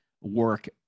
work